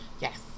yes